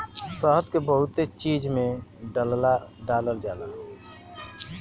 शहद के बहुते चीज में डालल जाला